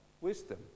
wisdom